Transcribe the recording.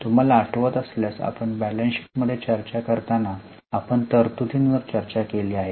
तुम्हाला आठवत असल्यास आपण बैलन्स शीट मध्ये चर्चा करताना आपण तरतुदींवर चर्चा केली आहे